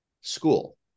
school